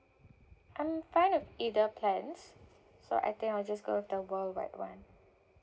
I'm fine with either plans so I think I'll just go with the worldwide [one]